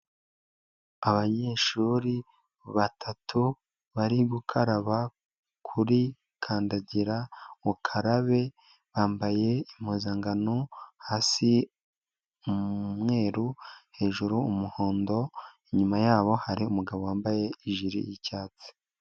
Abanyeshuri batatu, bari gukaraba kuri kandagirukarabe, bambaye impuzankano hasi umweru, hejuru umuhondo, inyuma yabo hari umugabo wambaye ijire y'icyatsi.